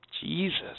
Jesus